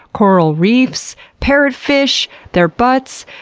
coral reefs, parrotfish, their butts,